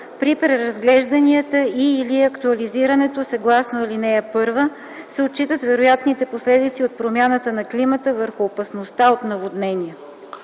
При преразглежданията и/или актуализирането съгласно ал. 1 се отчитат вероятните последици от промяната на климата върху опасността от наводнения.”